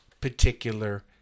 particular